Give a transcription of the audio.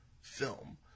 film